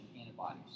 antibodies